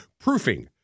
proofing